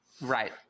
right